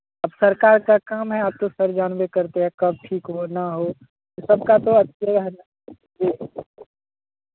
अब सरकार का काम है आप तो सर जानबे करते हैं कब ठीक हो ना हो सबका तो अच्छे है ना जी